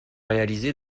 réalisés